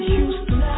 Houston